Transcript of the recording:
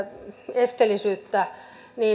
esteellisyydestä